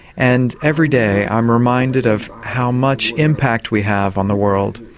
and every day i'm reminded of how much impact we have on the world,